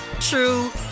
true